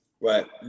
Right